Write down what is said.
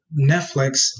Netflix